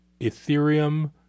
Ethereum